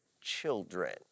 children